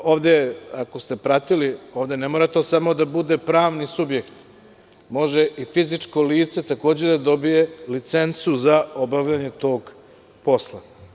Ako ste pratili, ovde ne mora to samo da bude pravni subjekt, može i fizičko lice, takođe, da dobije licencu za obavljanje tog posla.